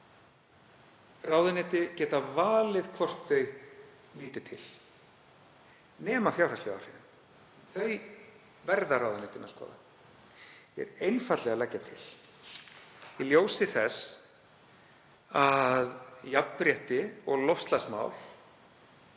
ráðuneyti geta valið hvort þau líti til. Nema fjárhagslegu áhrifin. Þau verða ráðuneytin að skoða. Ég er einfaldlega að leggja til, í ljósi þess að jafnréttið og loftslagsmál